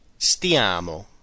stiamo